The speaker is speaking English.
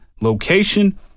location